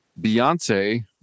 Beyonce